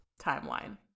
timeline